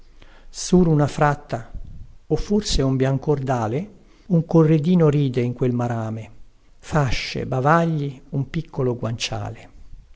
sur una fratta o forse è un biancor dale un corredino ride in quel marame fascie bavagli un piccolo guanciale